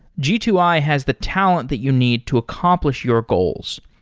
g two i has the talent that you need to accomplish your goals.